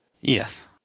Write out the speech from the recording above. Yes